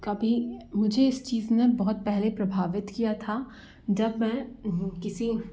कभी मुझे इस चीज़ ने बहुत पहले प्रभावित किया था जब मैं किसी